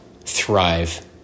thrive